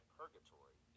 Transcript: purgatory